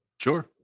Sure